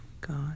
God